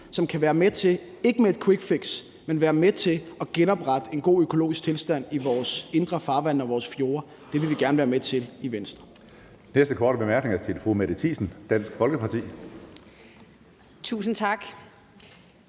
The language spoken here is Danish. men være med til – at genoprette en god økologisk tilstand i vores indre farvande og vores fjorde. Det vil vi gerne være med til i Venstre.